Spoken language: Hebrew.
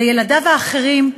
לילדיו האחרים,